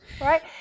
Right